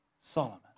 Solomon